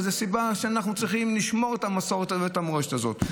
זו הסיבה שאנחנו צריכים לשמור את המסורת והמורשת הזאת.